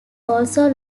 also